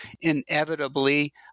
inevitably